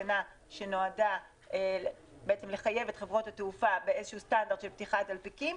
נועדה לחייב את חברות התעופה באיזשהו סטנדרט של פתיחת דלפקים,